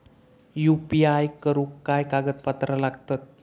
UPI करुक काय कागदपत्रा लागतत?